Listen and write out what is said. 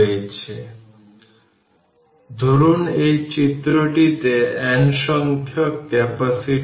সুতরাং C1 C2 C3 volt এই ভোল্টেজটি দেওয়া হয়েছে কারণ সবগুলি প্যারালাল